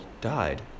died